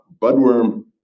budworm